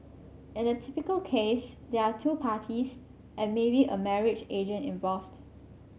in a typical case there are two parties and maybe a marriage agent involved